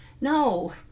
no